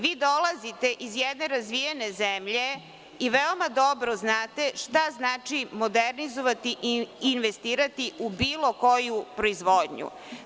Vi dolazite iz jedne razvijene zemlje i veoma dobro znate šta znači modernizovati i investirati u bilo koju proizvodnju.